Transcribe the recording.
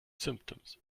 symptoms